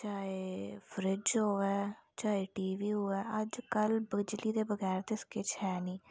चाहे फ्रिज होऐ चाहे टी वी होऐ अज्जकल बिजली दे बगैर ते किश है नेईं